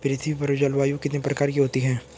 पृथ्वी पर जलवायु कितने प्रकार की होती है?